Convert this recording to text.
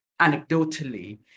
anecdotally